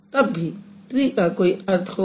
तब भी ट्री का कोई अर्थ होगा